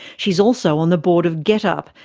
she's also on the board of getup,